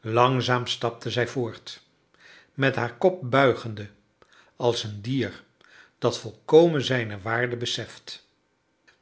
langzaam stapte zij voort met haar kop buigende als een dier dat volkomen zijne waarde beseft